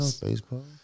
baseball